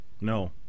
No